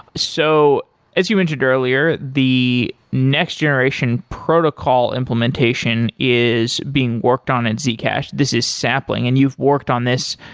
so as you mentioned earlier, the next generation protocol implementation is being worked on at zcash. this is sapling, and you've worked on this.